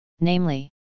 namely